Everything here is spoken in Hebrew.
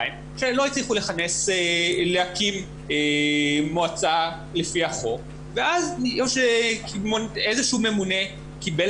שלא הצליחו להקים מועצה לפי החוק ואז איזשהו ממונה קיבל